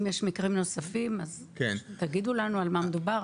אם יש מקרים נוספים תגידו לנו על מה מדובר.